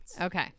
Okay